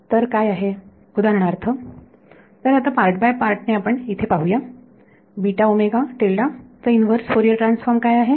तर काय आहे उदाहरणार्थ तर आता पार्ट बाय पार्ट ने आपण येथे पाहूया चा इनव्हर्स फोरियर ट्रान्सफॉर्म काय आहे